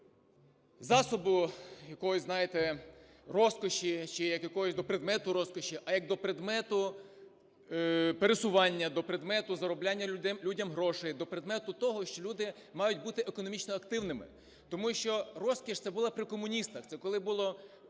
засобу якоїсь, знаєте, розкоші чи як до якогось предмету розкоші, а як до предмету пересування, до предмету заробляння людям грошей, до предмету того, що люди мають бути економічно активними. Тому що розкіш – це було при комуністах. Це коли було